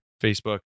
Facebook